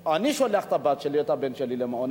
או כשאני שולח את הבת שלי או את הבן שלי למעון,